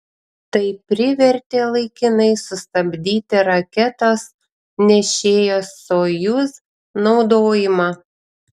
tai privertė laikinai sustabdyti raketos nešėjos sojuz naudojimą